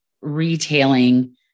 retailing